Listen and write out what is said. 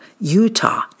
Utah